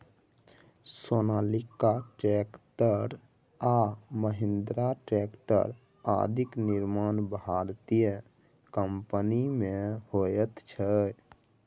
Sonalika tractor आ Mahindra tractor आदिक निर्माण भारतीय कम्पनीमे होइत छै